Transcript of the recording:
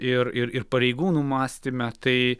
ir ir ir pareigūnų mąstyme tai